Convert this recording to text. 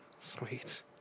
sweet